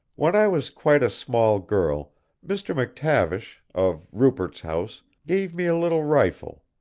when i was quite a small girl mr. mctavish, of rupert's house, gave me a little rifle.